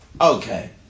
Okay